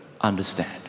understand